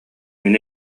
мин